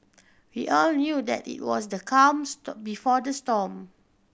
we all knew that it was the calm before the storm